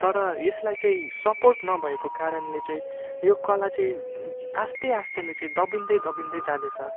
तर यसलाई चाहिँ सपोर्ट नभएको कारणले चाहिँ यो कला चाहिँ आस्ते आस्तेले चाहिँ दबिन्दै दबिन्दै जाँदैछ